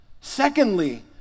Secondly